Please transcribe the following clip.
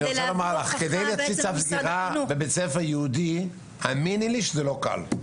להוציא צו סגירה לבית ספר יהודי זה לא דבר קל.